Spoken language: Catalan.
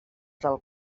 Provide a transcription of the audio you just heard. del